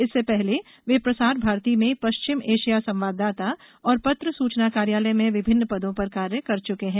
इसके पहले वे प्रसार भारती में पश्चिम एशिया संवाददाता और पत्र सूचना कार्यालय में विभिन्न पदों पर कार्य कर चुके हैं